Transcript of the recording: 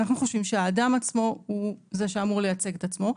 ואנחנו חושבים שהאדם עצמו אמור לייצג את עצמו.